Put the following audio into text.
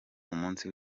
umunsi